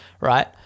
Right